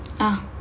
ah